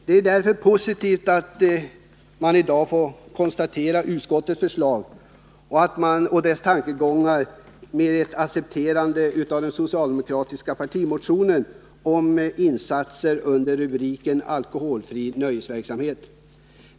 Det är därför positivt att i dag kunna konstatera, att tankegångarna i utskottets förslag innebär ett accepterande av den socialdemokratiska partimotionen om insatser under rubriken Alkoholfri nöjesverksamhet.